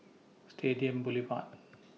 Stadium Boulevard